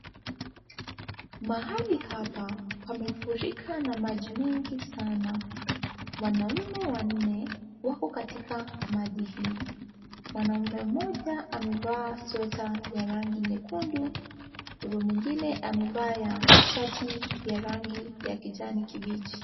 Mahali hapa pamefurika na maji mingi sana. Wanaume wanne wako katika maji hii. Mwanaume mmoja amevaa sweta ya rangi nyekundu huku mwingine amevaa shati ya rangi ya kijani kibichi.